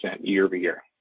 year-over-year